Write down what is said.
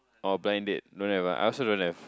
or blind date don't have ah I also don't have